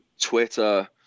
Twitter